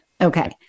okay